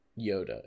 Yoda